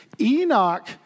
Enoch